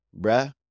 bruh